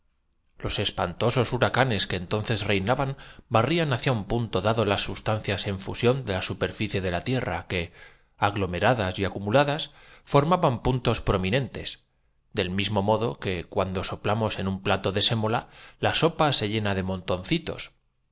los espantosos huracanes que entonces reinaban barrían hacia un punto dado las sustancias en fusión de la superficie de la tierra que aglomeradas y acumuladas formaban puntos promi capítulo iii nentes del mismo modo que cuando soplamos en un teoría del tiempo cómo se forma cómo se descompone plato de sémola la sopa se llena de montoncitos por